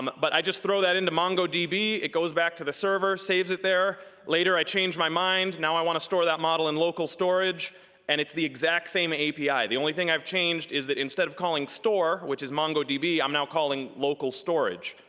but i just throw that into mongo db. it goes back to the server, saves it there. later i change my mind. now i want to store that model in local storage and it's the exact same api. the only thing i've changed is that instead of calling store which is mongo db, i'm now calling local storage.